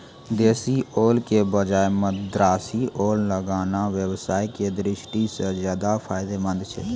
देशी ओल के बजाय मद्रासी ओल लगाना व्यवसाय के दृष्टि सॅ ज्चादा फायदेमंद छै